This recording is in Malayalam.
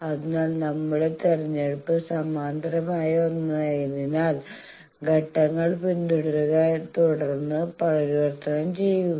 അതിനാൽ നമ്മളുടെ തിരഞ്ഞെടുപ്പ് സമാന്തരമായ ഒന്നായതിനാൽ ഘട്ടങ്ങൾ പിന്തുടരുക തുടർന്ന് പരിവർത്തനം ചെയ്യുക